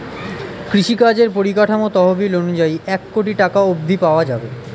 কৃষিকাজের পরিকাঠামো তহবিল অনুযায়ী এক কোটি টাকা অব্ধি পাওয়া যাবে